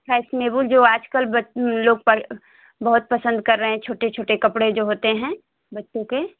fashionable जो आज कल लोग बहुत पसंद कर रहे हैं छोटे छोटे कपड़े जो होते हैं बच्चों के